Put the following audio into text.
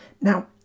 Now